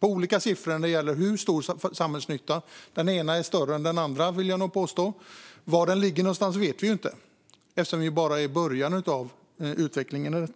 olika siffror framräknade på hur stor samhällsnyttan är - den ena större än den andra, vill jag nog påstå. Var den ligger vet vi inte eftersom vi bara är i början av utvecklingen.